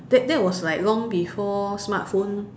that that was like long before smartphone